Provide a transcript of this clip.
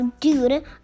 dude